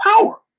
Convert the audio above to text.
power